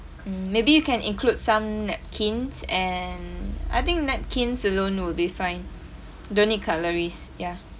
mm maybe you can include some napkins and I think napkins alone will be fine don't need cutleries ya